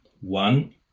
One